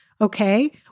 Okay